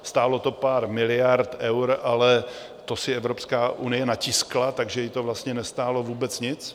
Stálo to pár miliard eur, ale to si Evropská unie natiskla, takže ji to vlastně nestálo vůbec nic.